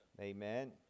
Amen